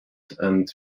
and